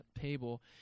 table